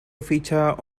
featured